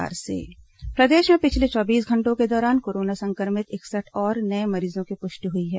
corona मरीज प्रदेश में पिछले चौबीस घंटों के दौरान कोरोना संक्रमित इकसठ और नए मरीजों की पुष्टि हुई है